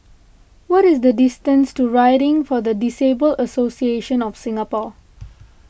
what is the distance to Riding for the Disabled Association of Singapore